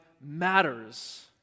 matters